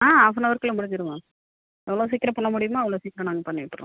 ah half an hour குள்ளே முடிஞ்சுரும் ma'am எவ்வளோ சீக்கிரம் பண்ண முடியுமோ அவ்வளோ சீக்கிரம் நாங்கள் பண்ணிவிட்டுறோம்